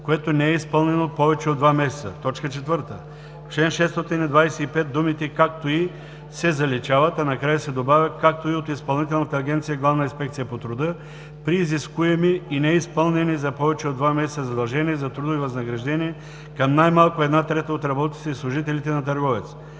което не е изпълнено повече от два месеца.” 4. В чл. 625 думите „както и“ се заличават, а накрая се добавя „както и от Изпълнителната агенция „Главна инспекция по труда“ при изискуеми и неизпълнени за повече от два месеца задължения за трудови възнаграждения към най-малко една трета от работниците и служителите на търговеца“.